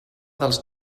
dels